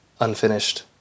unfinished